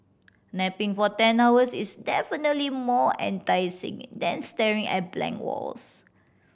napping for ten hours is definitely more enticing than staring at blank walls